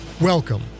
Welcome